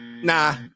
Nah